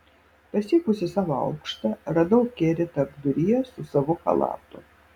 pasiekusi savo aukštą radau kerį tarpduryje su savu chalatu